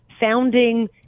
founding